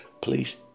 please